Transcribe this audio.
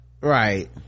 Right